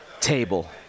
table